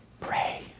Pray